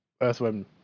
Earthworm